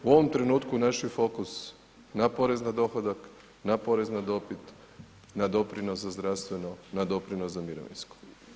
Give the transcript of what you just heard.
U ovom trenutku naš je fokus na porez na dohodak, na porez na dobit, na doprinos za zdravstveno, na doprinos za mirovinsko.